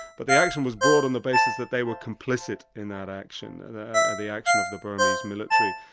but the action was brought on the basis that they were complicit in that action, the the action of the burmese military.